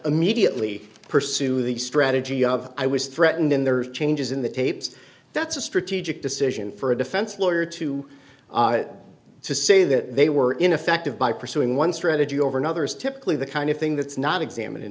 immediately pursue the strategy of i was threatened in there are changes in the tapes that's a strategic decision for a defense lawyer to say that they were ineffective by pursuing one strategy over another is typically the kind of thing that's not examined in